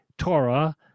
Torah